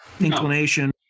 inclination